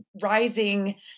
rising